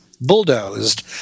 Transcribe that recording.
bulldozed